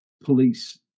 police